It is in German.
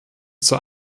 zur